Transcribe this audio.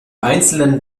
einzelnen